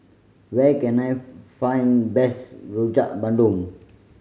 where can I find best Rojak Bandung